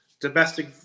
Domestic